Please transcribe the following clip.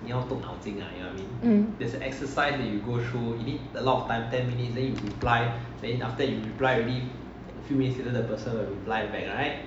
mm